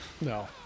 No